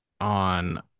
on